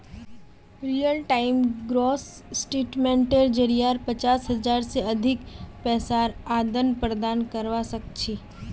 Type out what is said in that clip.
real time gross सेटलमेंटेर जरिये पचास हज़ार से अधिक पैसार आदान प्रदान करवा सक छी